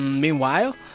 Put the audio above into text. meanwhile